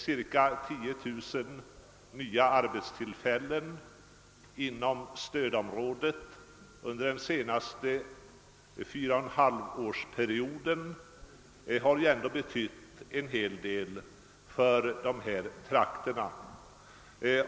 Ca 10 000 nya arbetstillfällen inom stödområdet under de senaste fyra och ett halvt åren har ju ändå betytt en hel del för de här trakterna.